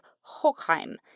Hochheim